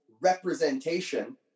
representation